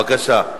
בבקשה.